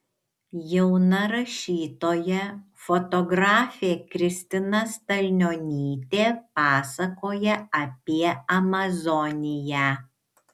jauna rašytoja fotografė kristina stalnionytė pasakoja apie amazoniją